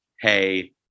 hey